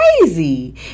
crazy